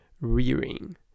rearing